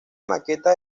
maquetas